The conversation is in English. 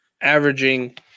averaging